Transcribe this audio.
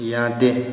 ꯌꯥꯗꯦ